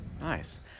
Nice